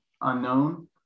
unknown